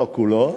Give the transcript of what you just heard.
לא כולו,